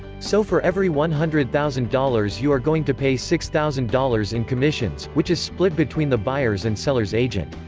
so for every one hundred thousand dollars you are going to pay six thousand dollars in commissions, which is split between the buyer's and seller's agent.